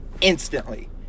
instantly